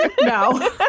no